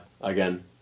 again